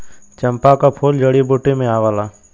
चंपा क फूल जड़ी बूटी में आवला